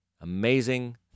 amazing